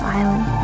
island